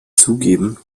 zugeben